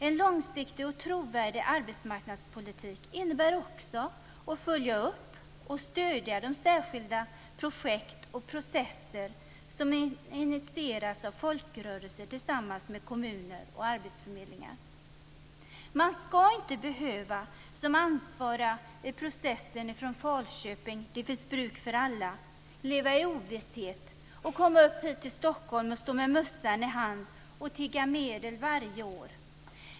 En långsiktig och trovärdig arbetsmarknadspolitik innebär också att följa upp och stödja de särskilda projekt och processer som initierats av folkrörelser tillsammans med kommuner och arbetsförmedlingar. Man ska inte behöva, som ansvariga i processen "Det finns bruk för alla" i Falköping, leva i ovisshet och komma till Stockholm med mössan i hand och tigga medel varje år.